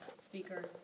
speaker